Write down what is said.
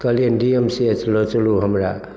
कहलियनि D M C H लऽ चलू हमरा